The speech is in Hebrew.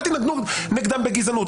אל תנהגו נגדם בגזענות.